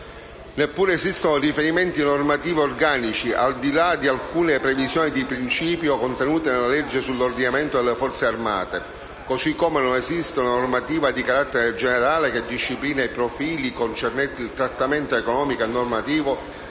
Neppure esistono riferimenti normativi organici, al di là di alcune previsioni di principio contenute nella legge sull'ordinamento delle Forze armate, così come non esiste una normativa di carattere generale che disciplini i profili concernenti il trattamento economico e normativo